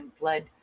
blood